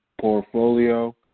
portfolio